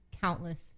countless